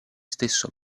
stesso